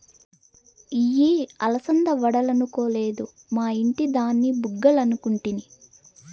ఇయ్యి అలసంద వడలనుకొలేదు, మా ఇంటి దాని బుగ్గలనుకుంటిని